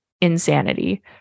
insanity